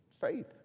Faith